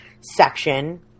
section